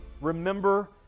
Remember